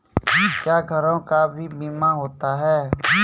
क्या घरों का भी बीमा होता हैं?